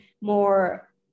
more